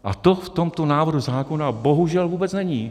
A to v tomto návrhu zákona bohužel vůbec není.